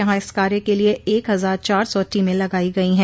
यहां इस कार्य के लिये एक हजार चार सौ टीमें लगाई गई है